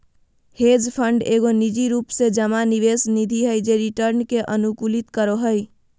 hedge fund एगो निजी रूप से जमा निवेश निधि हय जे रिटर्न के अनुकूलित करो हय